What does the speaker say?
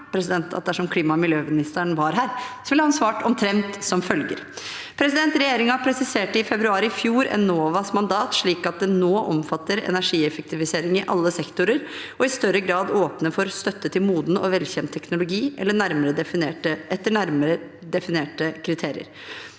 at dersom klima- og miljøministeren var her, ville han svart omtrent som følger: Regjeringen presiserte i februar i fjor Enovas mandat slik at det nå omfatter energieffektivisering i alle sektorer og i større grad åpner for støtte til moden og velkjent teknologi etter nærmere definerte kriterier.